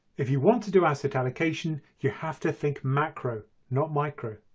if you want to do asset allocation you have to think macro not micro.